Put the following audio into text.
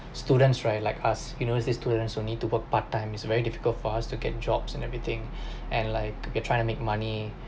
students right like us university students will need to work part time it's very difficult for us to get jobs and everything and like get try to make money